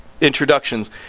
introductions